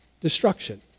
destruction